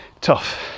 tough